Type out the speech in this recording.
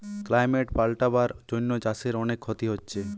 climate পাল্টাবার জন্যে চাষের অনেক ক্ষতি হচ্ছে